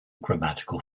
grammatical